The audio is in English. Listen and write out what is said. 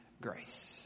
grace